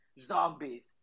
zombies